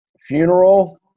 funeral